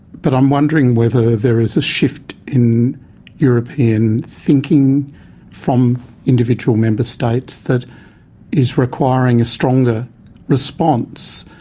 but i'm wondering whether there is a shift in european thinking from individual member states that is requiring a stronger response,